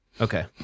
okay